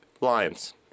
lions